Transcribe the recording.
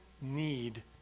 need